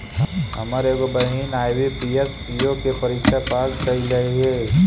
हमर एगो बहिन आई.बी.पी.एस, पी.ओ के परीक्षा पास कयलइ हे